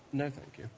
no thank you.